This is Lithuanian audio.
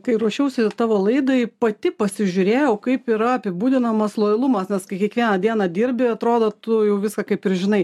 kai ruošiausi tavo laidai pati pasižiūrėjau kaip yra apibūdinamas lojalumas nes kai kiekvieną dieną dirbi atrodo tu jau viską kaip ir žinai